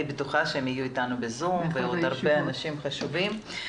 ואני בטוחה שהם יהיו איתנו בזום ועוד הרבה אנשים חשובים.